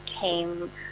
came